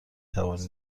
توانید